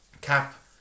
Cap